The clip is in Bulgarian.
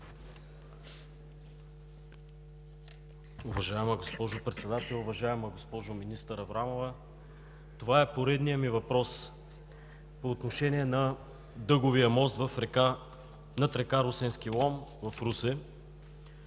Уважаема госпожо Председател! Уважаема министър Аврамова, това е поредният ми въпрос по отношение на Дъговия мост над река Русенски лом в Русе.